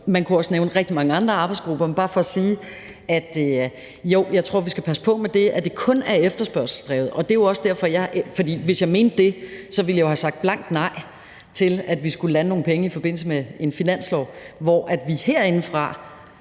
Man kunne også nævne rigtig mange andre arbejdsgrupper, men det er bare for at sige, at jo, jeg tror, vi skal passe på med, at det kun er efterspørgselsdrevet. For hvis jeg mente, at det skulle være det, så ville jeg jo have sagt blankt nej til, at vi skulle lande nogle penge i forbindelse med en finanslov, hvor vi giver